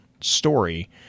story